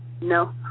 No